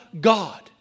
God